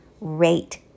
rate